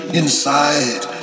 inside